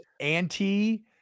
anti